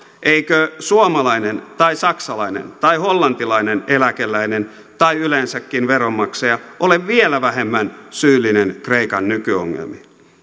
eikö suomalainen tai saksalainen tai hollantilainen eläkeläinen tai yleensäkin veronmaksaja ole vielä vähemmän syyllinen kreikan nykyongelmiin